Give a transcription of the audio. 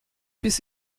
bis